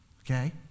Okay